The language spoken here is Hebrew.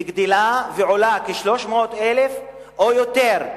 וגדלה ועולה, כ-300,000 או יותר.